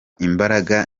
imbaraga